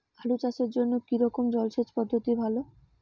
আলু চাষের জন্য কী রকম জলসেচ পদ্ধতি ভালো?